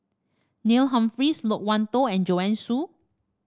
Neil Humphreys Loke Wan Tho and Joanne Soo